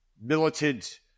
militant